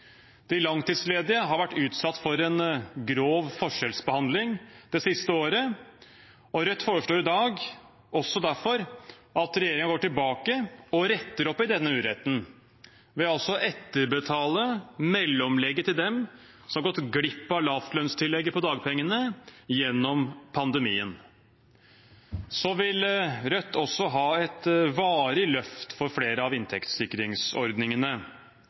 De langtidsledige har vært utsatt for grov forskjellsbehandling det siste året, og Rødt foreslår i dag også derfor at regjeringen går tilbake og retter opp i denne uretten ved å etterbetale mellomlegget til dem som har gått glipp av lavlønnstillegget på dagpengene gjennom pandemien. Rødt vil også ha et varig løft for flere av inntektssikringsordningene.